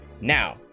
Now